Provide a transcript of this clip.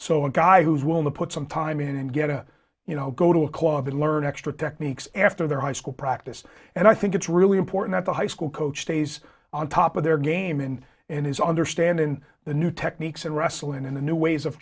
so a guy who's willing to put some time in and get to you know go to a club and learn extra techniques after their high school practice and i think it's really important that the high school coach stays on top of their game and in his understanding the new techniques and wrestling and the new ways of